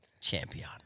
Champion